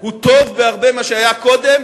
הוא טוב בהרבה ממה שהיה קודם,